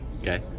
okay